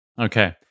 Okay